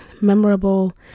memorable